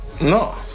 No